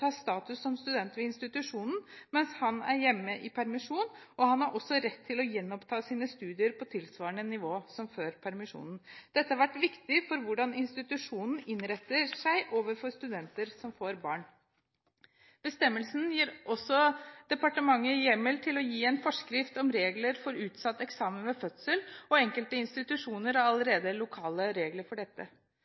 har status som student ved institusjonen mens han er hjemme med permisjon, og han har også rett til å gjenoppta sine studier på tilsvarende nivå som før permisjonen. Dette har vært viktig for hvordan institusjonene innretter seg overfor studenter som får barn. Bestemmelsen gir også departementet hjemmel til å gi en forskrift om regler for utsatt eksamen ved fødsel, og enkelte institusjoner har allerede lokale regler for dette.